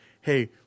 hey